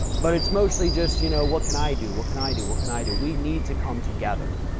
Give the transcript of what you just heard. but it's mostly just, you know, what can i do? what can i do? what can i do? we need to come together,